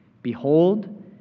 Behold